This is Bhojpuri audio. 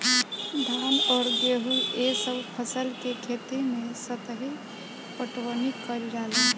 धान अउर गेंहू ए सभ फसल के खेती मे सतही पटवनी कइल जाला